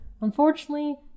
unfortunately